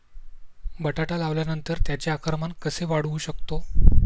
बटाटा लावल्यानंतर त्याचे आकारमान कसे वाढवू शकतो?